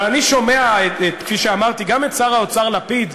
אבל אני שומע, כפי שאמרתי, גם את שר האוצר לפיד,